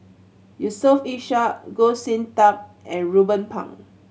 Yusof Ishak Goh Sin Tub and Ruben Pang